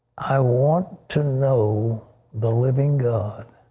i want to know the living god.